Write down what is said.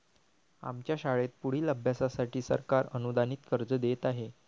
आमच्या शाळेत पुढील अभ्यासासाठी सरकार अनुदानित कर्ज देत आहे